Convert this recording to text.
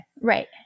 right